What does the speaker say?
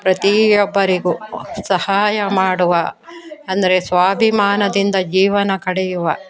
ಪ್ರತಿಯೊಬ್ಬರಿಗೂ ಸಹಾಯ ಮಾಡುವ ಅಂದರೆ ಸ್ವಾಭಿಮಾನದಿಂದ ಜೀವನ ಕಡೆಯುವ